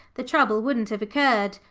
the trouble wouldn't have occurred.